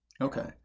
okay